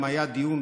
אם היה דיון,